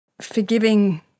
forgiving